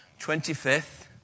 25th